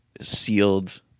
sealed